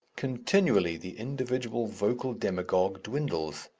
continually the individual vocal demagogue dwindles,